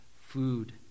food